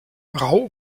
rau